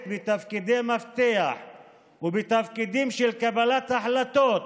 בתפקידי מפתח ובתפקידים של קבלת החלטות